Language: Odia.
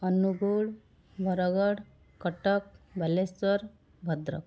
ଅନୁଗୁଳ ବରଗଡ଼ କଟକ ବାଲେଶ୍ୱର ଭଦ୍ରକ